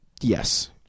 Yes